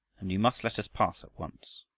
and you must let us pass at once.